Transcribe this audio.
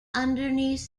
underneath